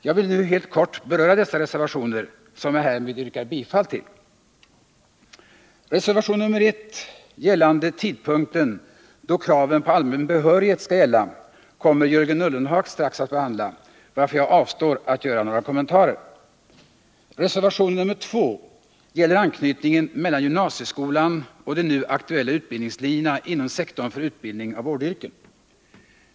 Jag vill nu helt kort beröra dessa reservationer, som jag härmed yrkar bifall till. Reservation nr 1 gällande tidpunkten då kraven på allmän behörighet skall gälla kommer Jörgen Ullenhag strax att behandla, varför jag avstår att göra några kommentarer. Reservation nr 2 gäller anknytningen mellan gymnasieskolan och de nu aktuella utbildningslinjerna inom sektorn för utbildning till vårdyrken.